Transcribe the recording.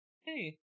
Hey